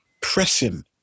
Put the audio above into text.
pressing